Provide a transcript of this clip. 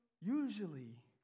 usually